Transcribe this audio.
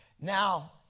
Now